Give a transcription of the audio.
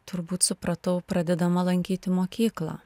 turbūt supratau pradedama lankyti mokyklą